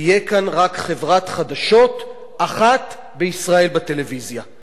תהיה כאן רק חברת חדשות אחת בטלוויזיה בישראל.